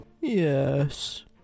Yes